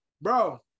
Bro